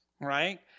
right